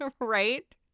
right